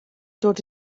dod